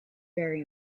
very